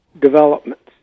developments